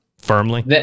firmly